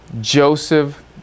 Joseph